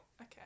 Okay